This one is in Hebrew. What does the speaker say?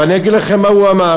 ואני אגיד לכם מה הוא אמר.